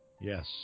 Yes